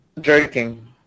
Drinking